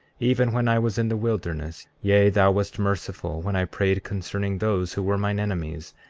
even when i was in the wilderness yea, thou wast merciful when i prayed concerning those who were mine enemies,